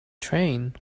train